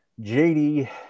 JD